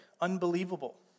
unbelievable